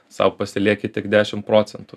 sau pasilieki tik dešimt procentų